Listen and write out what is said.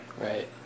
Right